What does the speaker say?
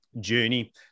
journey